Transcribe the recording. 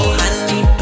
honey